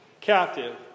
captive